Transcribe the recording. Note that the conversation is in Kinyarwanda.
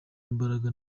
imbaraga